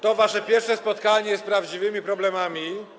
To wasze pierwsze spotkanie z prawdziwymi problemami.